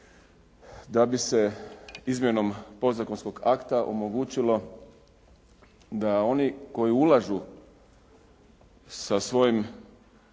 da bi se izmjenom podzakonskog akta omogućilo da oni koji ulažu sa svojim